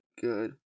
good